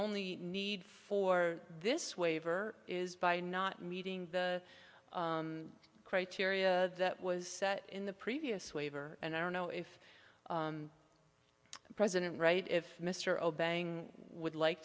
only need for this waiver is by not meeting the criteria that was in the previous waiver and i don't know if the president right if mr obeying would like